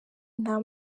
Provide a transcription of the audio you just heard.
nta